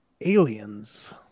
aliens